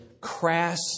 crass